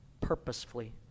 purposefully